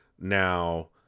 Now